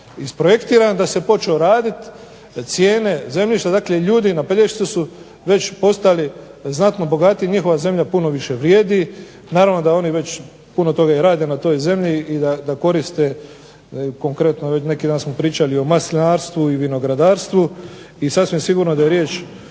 isprojektiran i da se počeo raditi cijene zemljišta, dakle ljudi na Pelješcu su već postali znatno bogatiji i njihova zemlja puno više vrijedi. Naravno da oni već puno toga i rade na toj zemlji i da koriste, konkretno neki dan smo pričali o maslinarstvu i vinogradarstvu i sasvim sigurno da je riječ